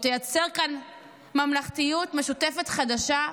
שתייצר כאן ממלכתיות משותפת חדשה,